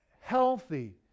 healthy